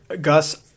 Gus